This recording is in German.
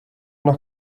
noch